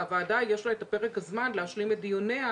והוועדה יש לה פרק זמן להשלים את דיוניה,